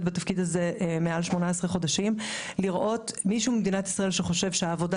בתפקיד הזה מעל 18 חודשים לראות מישהו במדינת ישראל שחושב שהעבודה